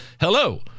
Hello